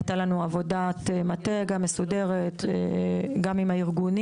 הייתה לנו עבודת מטה מסודרת גם עם הארגונים